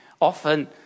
often